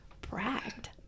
bragged